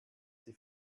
die